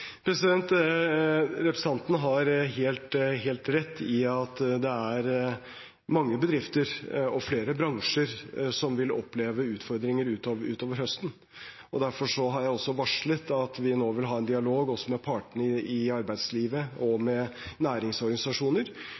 Representanten har helt rett i at det er mange bedrifter og flere bransjer som vil oppleve utfordringer utover høsten. Derfor har jeg også varslet at vi nå vil ha en dialog, med partene i arbeidslivet, med næringsorganisasjoner og selvfølgelig også med